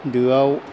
दोआव